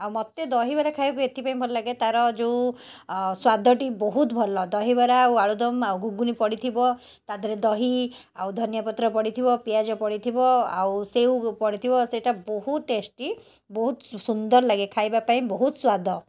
ଆଉ ମୋତେ ଦହିବରା ଖାଇବାକୁ ଏଥିପାଇଁ ଭଲ ଲାଗେ ତାର ଯେଉଁ ଅ ସ୍ୱାଦଟି ବହୁତ ଭଲ ଦହିବରା ଆଉ ଆଳୁଦମ ଆଉ ଘୁଗୁନି ପଡ଼ିଥିବ ତା ଧିଅରେ ଦହି ଆଉ ଧନିଆପତ୍ର ପଡ଼ିଥିବ ପିଆଜ ପଡ଼ିଥିବ ଆଉ ସେଉ ପଡ଼ିଥିବ ସେଇଟା ବହୁତ ଟେଷ୍ଟି ବହୁତ ସୁନ୍ଦର ଲାଗେ ଖାଇବା ପାଇଁ ବହୁତ ସ୍ୱାଦ